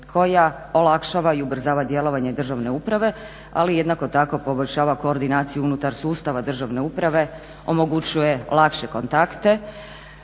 koja olakšava i ubrzava djelovanje državne uprave ali jednako tako poboljšava koordinaciju unutar sustava državne uprave, omogućuje lakše kontakte